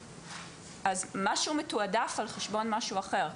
אז משהו מתועדף על חשבון משהו אחר,